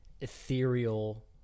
ethereal